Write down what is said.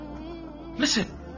Listen